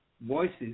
voices